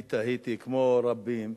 תהיתי כמו רבים,